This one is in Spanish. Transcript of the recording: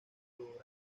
florales